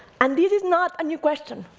and this is not a new question.